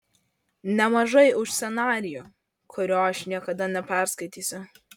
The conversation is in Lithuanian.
nemažai už scenarijų kurio aš niekada neperskaitysiu